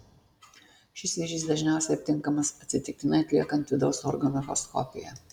šis vėžys dažniausiai aptinkamas atsitiktinai atliekant vidaus organų echoskopiją